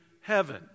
heaven